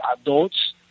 adults